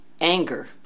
anger